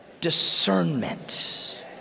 discernment